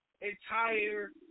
entire